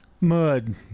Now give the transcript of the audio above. Mud